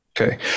Okay